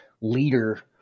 leader